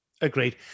Agreed